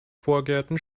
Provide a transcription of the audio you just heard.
vorgärten